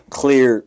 clear